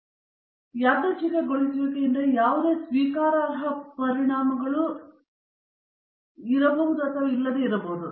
ಆದ್ದರಿಂದ ಯಾದೃಚ್ಛಿಕಗೊಳಿಸುವಿಕೆಯಿಂದ ಯಾವುದೇ ಸ್ವೀಕಾರಾರ್ಹ ಪರಿಣಾಮಗಳು ಎಲ್ಲಾ ಅಂಶದ ಸೆಟ್ಟಿಂಗ್ಗಳನ್ನು ಅಡ್ಡಲಾಗಿ ಹರಡುತ್ತವೆ ಅಥವಾ ವಿತರಿಸುತ್ತವೆ